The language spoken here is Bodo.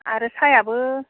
आरो साहायाबो